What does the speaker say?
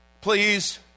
Please